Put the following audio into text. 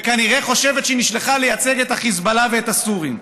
וכנראה חושבת שהיא נשלחה לייצג את החיזבאללה ואת הסורים.